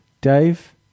Dave